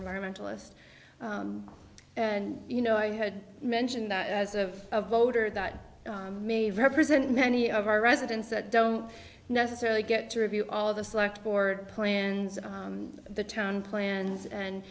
environmentalist and you know i had mentioned that as of a voter that may represent many of our residents that don't necessarily get to review all of the select or plans of the town plans and